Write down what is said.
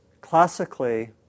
classically